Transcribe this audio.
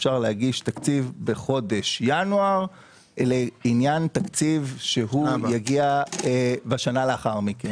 בחודש ינואר לעניין תקציב שיגיע בשנה שלאחר מכן.